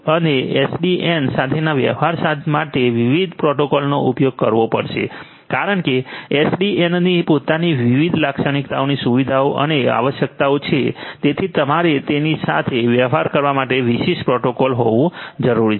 અને એસડીએન સાથેના વ્યવહાર માટે વિવિધ પ્રોટોકોલનો ઉપયોગ કરવો પડશે કારણ કે એસડીએનની પોતાની વિવિધ લાક્ષણિકતાઓની સુવિધાઓ અને આવશ્યકતાઓ છે તેથી તમારે તેની સાથે વ્યવહાર કરવા માટે વિશિષ્ટ પ્રોટોકોલ હોવું જરૂરી છે